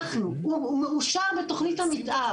הוא מאושר בתוכנית המתאר,